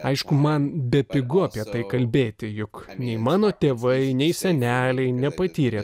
aišku man bepigu apie tai kalbėti juk nei mano tėvai nei seneliai nepatyrė